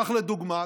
כך לדוגמה,